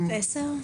באירוע